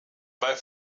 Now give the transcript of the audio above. bei